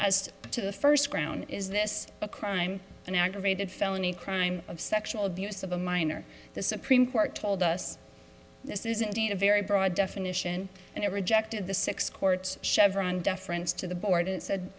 as to the first ground is this a crime an aggravated felony crime of sexual abuse of a minor the supreme court told us this is indeed a very broad definition and ever ejected the six courts chevron deference to the board